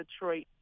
Detroit